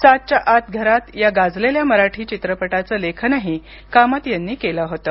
सातच्या आत घरात या गाजलेल्या मराठी चित्रपटाचं लेखनही कामत यांनी केलं होतं